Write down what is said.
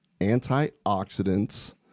antioxidants